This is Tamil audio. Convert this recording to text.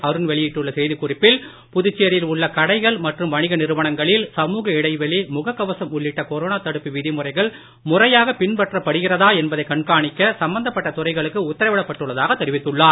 அருண் வெளியிட்டுள்ள செய்திக் குறிப்பில் புதுச்சேரியில் உள்ள கடைகள் மற்றும் வணிக நிறுவனங்களில் சமூக இடைவெளி முகக்கவசம் உள்ளிட்ட கொரோனா தடுப்பு விதிமுறைகள் முறையாக பின்பற்றப்படுகிறதா என்பதை கண்காணிக்க சம்பந்தப்பட்ட துறைகளுக்கு உத்தரவிடப்பட்டுள்ளதாகத் தெரிவித்துள்ளார்